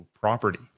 property